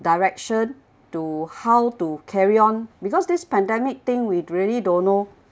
direction to how to carry on because this pandemic thing we really don't know